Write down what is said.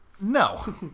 No